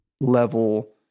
level